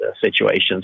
situations